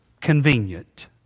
convenient